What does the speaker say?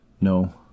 No